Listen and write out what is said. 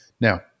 Now